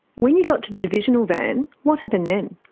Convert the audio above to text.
when you got to the divisional van, what happened then?